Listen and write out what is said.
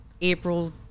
April